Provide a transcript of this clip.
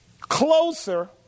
closer